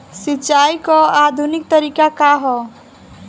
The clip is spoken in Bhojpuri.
सिंचाई क आधुनिक तरीका का ह?